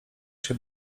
się